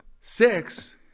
Six